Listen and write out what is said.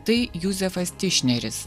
tai juzefas tišneris